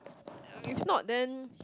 if not then